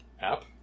app